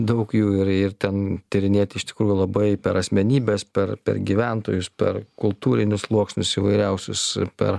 daug jų ir ir ten tyrinėti iš tikrųjų labai per asmenybes per per gyventojus per kultūrinius sluoksnius įvairiausius per